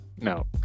No